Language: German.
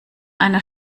einer